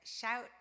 Shout